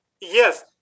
Yes